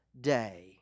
day